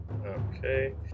Okay